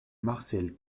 marcel